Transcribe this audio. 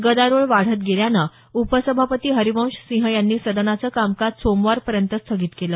गदारोळ वाढत गेल्यानं उपसभापती हरिवंश सिंह यांनी सदनाचं कामकाज सोमवारपर्यंत स्थगित केलं